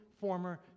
former